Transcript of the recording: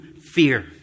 fear